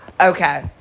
okay